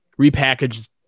repackaged